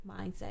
mindset